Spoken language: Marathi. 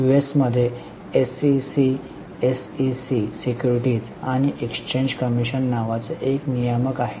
यूएस मध्ये SEC S E C securities आणि एक्सचेंज कमिशन नावाचे एक नियामक आहे